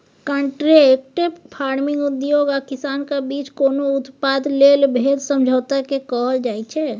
contract farming उद्योग आ किसानक बीच कोनो उत्पाद लेल भेल समझौताकेँ कहल जाइ छै